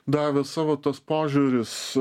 davė savo tas požiūris